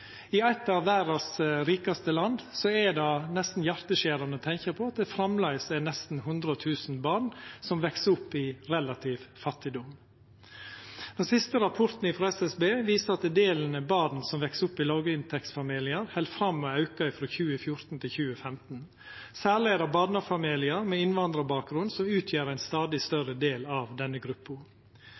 I eit av verdas rikaste land er det nesten hjarteskjerande å tenkja på at det framleis er nesten 100 000 barn som veks opp i relativ fattigdom. Den siste rapporten frå SSB viser at den delen barn som veks opp i låginntektsfamiliar, heldt fram med å auka frå 2014 til 2015. Særleg er det barnefamiliar med innvandrarbakgrunn som utgjer ein stadig større del av denne gruppa.